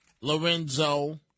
Lorenzo